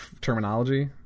terminology